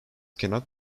cannot